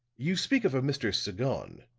you speak of a mr. sagon.